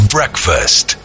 Breakfast